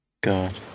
God